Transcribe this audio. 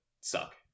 suck